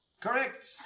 Correct